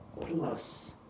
plus